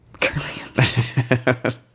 Curly